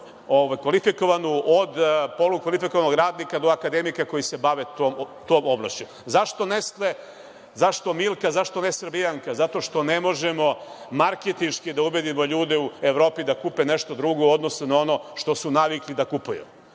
od polukvalifikovanog radnika do akademika koji se bave tom oblašću.Zašto Nesle, zašto Milka, zašto ne Srbijanka? Zato što ne možemo marketinški da ubedimo ljude u Evropi da kupe nešto drugo u odnosu na ono što su navikli da kupuju.